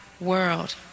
world